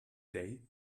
day